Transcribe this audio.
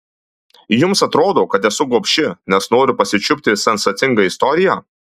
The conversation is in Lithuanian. jums atrodo kad esu gobši nes noriu pasičiupti sensacingą istoriją